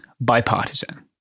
bipartisan